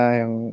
yang